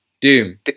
Doom